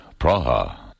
Praha